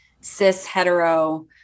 cis-hetero